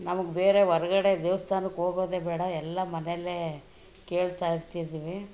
ನಮಗೆ ಬೇರೆ ಹೊರ್ಗಡೆ ದೇವಸ್ಥಾನಕ್ಕೋಗೋದೆ ಬೇಡ ಎಲ್ಲ ಮನೆಯಲ್ಲೇ ಕೇಳ್ತಾ ಇರ್ತಿದ್ದೀವಿ